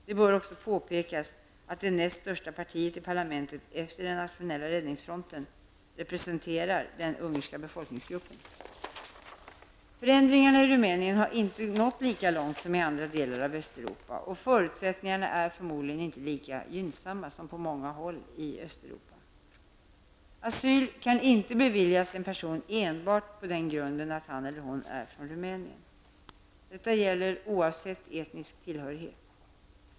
Det bör också påpekas att det näst största partiet i parlamentet efter den nationella räddningsfronten, representerar den ungerska befolkningsgruppen. Förändringarna i Rumänien har inte nått lika långt som i andra delar av Östeuropa och förutsättningarna är förmodligen inte lika gynnsamma som på många andra håll i Östeuropa. Asyl kan inte beviljas en person enbart på den grunden att han eller hon är från Rumänien. Detta gäller oavsett etnisk tillhörighet.